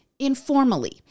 informally